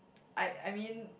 I I mean